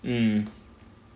mm